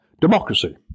democracy